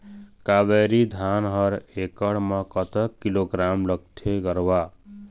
कावेरी धान हर एकड़ म कतक किलोग्राम लगाथें गरवा?